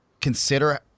consider